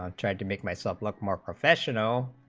um try to make myself look more professional